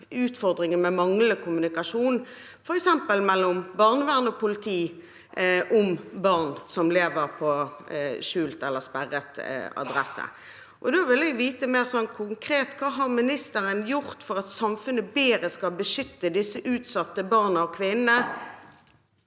utfordringen med manglende kommunikasjon, f.eks. mellom barnevern og politi, om barn som lever på skjult eller sperret adresse. Da vil jeg vite, litt mer konkret: Hva har ministeren gjort for at samfunnet bedre skal beskytte disse utsatte barna og kvinnene?